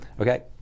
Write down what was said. okay